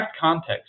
context